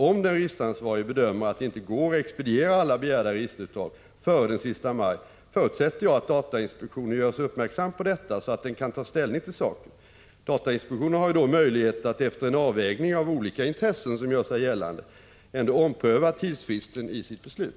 Om den registeransvarige bedömer att det inte går att expediera alla begärda registerutdrag före den sista maj, förutsätter jag att datainspektionen görs uppmärksam på detta så att den kan ta ställning till saken. Datainspektionen har ju då möjlighet att — efter en avvägning av olika intressen som gör sig gällande — ompröva tidsfristen i sitt beslut.